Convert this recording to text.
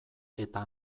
eta